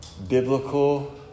Biblical